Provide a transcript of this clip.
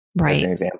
Right